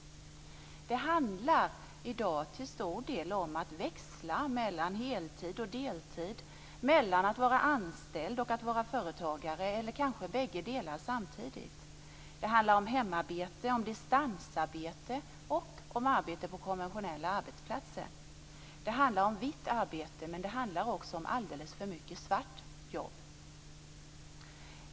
Det handlar i dag till stor del om att växla mellan heltid och deltid, mellan att vara anställd och att vara företagare, kanske bägge delar samtidigt. Det handlar om hemarbete, distansarbete och arbete på konventionella arbetsplatser. Det handlar om vitt arbete men också alldeles för mycket svartjobb.